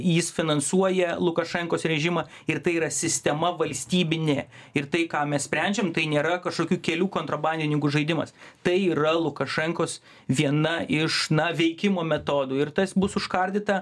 jis finansuoja lukašenkos režimą ir tai yra sistema valstybinė ir tai ką mes sprendžiam tai nėra kažkokių kelių kontrabandininkų žaidimas tai yra lukašenkos viena iš na veikimo metodų ir tas bus užkardyta